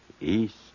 east